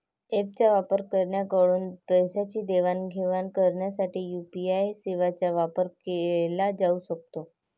ऍपच्या वापरकर्त्यांकडून पैशांची देवाणघेवाण करण्यासाठी यू.पी.आय सेवांचा वापर केला जाऊ शकतो